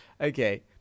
okay